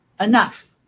enough